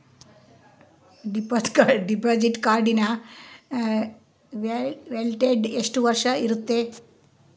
Debit ಕಾರ್ಡಿನ validity ಎಷ್ಟು ವರ್ಷ ಇರುತ್ತೆ?